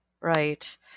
Right